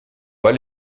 pas